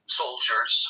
soldiers